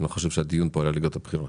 אני לא חושב שהדיון פה על הליגות הבכירות.